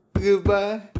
goodbye